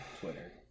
twitter